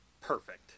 Perfect